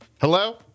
Hello